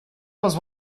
was